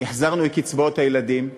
החזרנו את קצבאות הילדים.